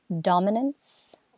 dominance